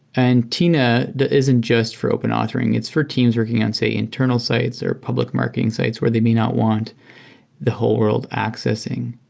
and tina isn't just for open authoring. it's for teams working on, say, internal sites or public marketing sites where they may not want the whole world accessing.